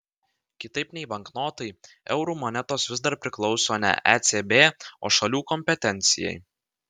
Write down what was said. kitaip nei banknotai eurų monetos vis dar priklauso ne ecb o šalių kompetencijai